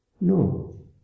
No